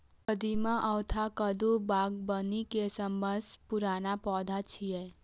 कदीमा अथवा कद्दू बागबानी के सबसं पुरान पौधा छियै